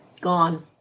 gone